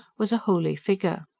was a holy figure.